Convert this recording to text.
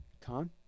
Con